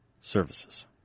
services